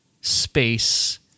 space